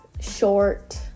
short